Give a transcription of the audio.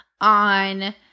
on